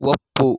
ಒಪ್ಪು